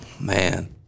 Man